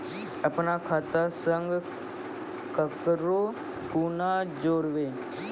अपन खाता संग ककरो कूना जोडवै?